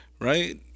right